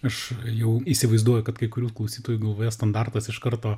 aš jau įsivaizduoju kad kai kurių klausytojų galvoje standartas iš karto